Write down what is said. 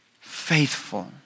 faithful